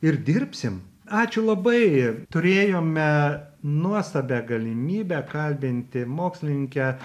ir dirbsim ačiū labai turėjome nuostabią galimybę kalbinti mokslininkę